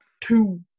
two